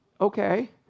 Okay